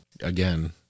again